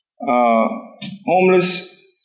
homeless